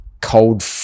cold